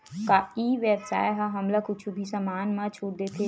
का ई व्यवसाय ह हमला कुछु भी समान मा छुट देथे?